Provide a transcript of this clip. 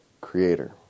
creator